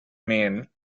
men